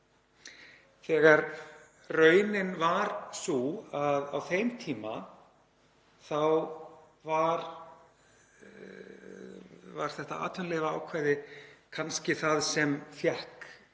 þegar raunin var sú að á þeim tíma var þetta atvinnuleyfaákvæði kannski það sem fékk